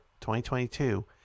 2022